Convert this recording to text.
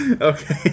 Okay